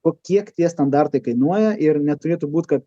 o kiek tie standartai kainuoja ir neturėtų būt kad